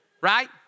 Right